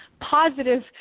positive